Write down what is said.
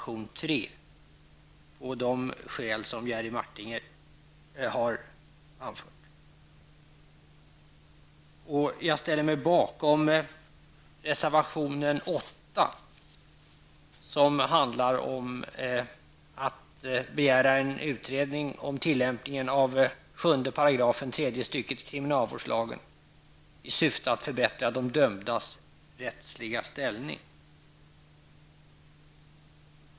Jag instämmer i de skäl som Jerry Martinger framförde. Jag ställer mig bakom reservation 8, som tar upp frågan om att begära en utredning om tillämpningen av kriminalvårdslagen 7 §, 3 stycket i syfte att förbättra de dömdas rättsliga ställning.